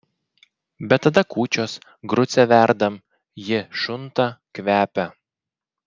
bet tada kūčios grucę verdam ji šunta kvepia